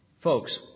folks